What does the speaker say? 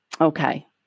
Okay